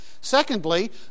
Secondly